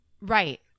Right